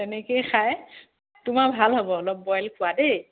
তেনেকৈয়ে খাই তোমাৰ ভাল হ'ব অলপ বইল খোৱা দেই